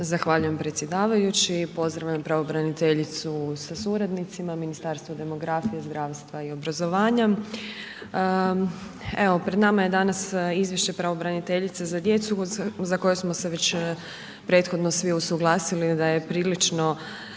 Zahvaljujem predsjedavajući, pozdravljam pravobraniteljicu sa suradnicima Ministarstva demografije, zdravstva i obrazovanja. Evo pred nama je danas izvješće pravobraniteljice za djecu za koje smo se već prethodno svi usuglasili da je prilično